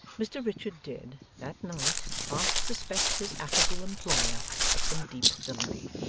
mr richard did, that night, half suspect his affable employer of some deep villany.